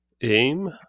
aim